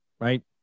right